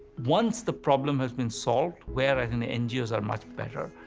once the problem has been solved, whereas in the ngos are much better,